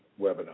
webinar